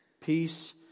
peace